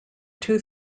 two